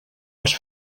els